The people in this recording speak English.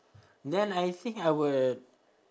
then I think I will